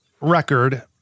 record